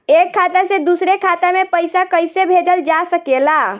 एक खाता से दूसरे खाता मे पइसा कईसे भेजल जा सकेला?